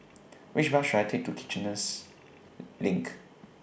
Which Bus should I Take to Kiichener LINK